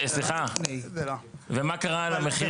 סליחה, ומה קרה על המחיר שלהם אחרי?